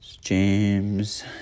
James